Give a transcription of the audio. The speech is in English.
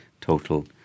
total